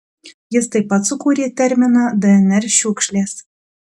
jis taip pat sukūrė terminą dnr šiukšlės